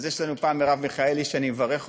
אז יש לנו פעם מרב מיכאלי שאני מברך אותה,